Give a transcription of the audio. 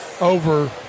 over